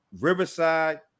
Riverside